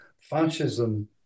fascism